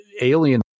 alien